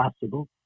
possible